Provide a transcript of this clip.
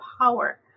power